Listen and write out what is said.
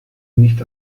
nicht